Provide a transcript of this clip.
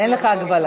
אין לך הגבלה.